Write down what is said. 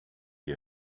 you